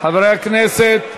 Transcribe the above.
חברי הכנסת,